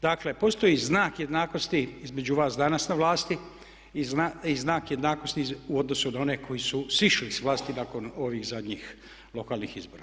Dakle postoji znak jednakosti između vas danas na vlasti i znak jednakosti u odnosu na one koji su sišli s vlasti nakon ovih zadnjih lokalnih izbora.